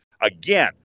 Again